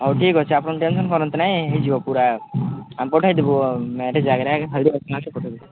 ହଉ ଠିକ୍ ଅଛି ଆପଣ ଟେନ୍ସନ୍ କରନ୍ତୁ ନାଇ ହେଇଯିବ ପୁରା ଆମେ ପଠେଇଦେବୁ ମ୍ୟାରେଜ୍ ଜାଗାରେ ହେଉଛି ପଠେଇଦେବୁ